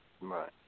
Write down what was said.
Right